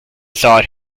thought